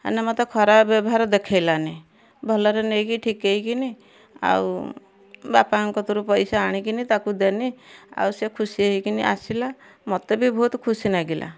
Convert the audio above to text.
କାଇଁକି ନା ମତେ ଖରାପ ବ୍ୟବହାର ଦେଖେଇଲାନି ଭଲରେ ନେଇକି ଠିକେଇକିନି ଆଉ ବାପାଙ୍କ କତିରୁ ପଇସା ଆଣିକିନି ତାକୁ ଦେନି ଆଉ ସିଏ ଖୁସି ହେଇକିନି ଆସିଲା ମତେ ବି ଭଉତୁ ଖୁସି ନାଗିଲା